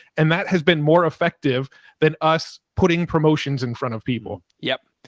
and that has been more effective than us. putting promotions in front of people. yep.